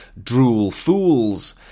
DroolFools